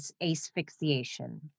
asphyxiation